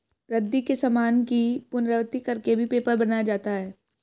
रद्दी के सामान की पुनरावृति कर के भी पेपर बनाया जाता है